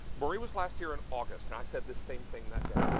marie was last here in august and i said the same thing that day,